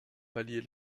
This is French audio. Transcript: pallier